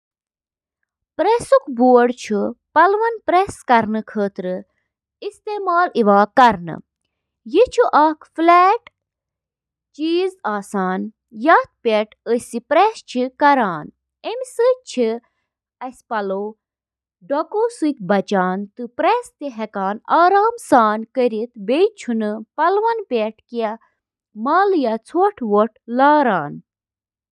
اکھ vacuum cleaner, یتھ صرف ویکیوم تہٕ ونان چِھ، چُھ اکھ یُتھ آلہ یُس قالینن تہٕ سخت فرشو پیٹھ گندگی تہٕ باقی ملبہٕ ہٹاونہٕ خاطرٕ سکشن تہٕ اکثر تحریک ہنٛد استعمال چُھ کران۔ ویکیوم کلینر، یِم گَرَن سۭتۍ سۭتۍ تجٲرتی ترتیبن منٛز تہِ استعمال چھِ یِوان کرنہٕ۔